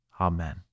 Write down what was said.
Amen